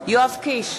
יואב קיש,